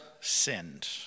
sinned